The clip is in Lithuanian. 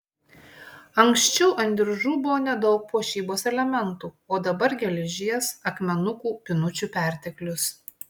anksčiau ant diržų buvo nedaug puošybos elementų o dabar geležies akmenukų pynučių perteklius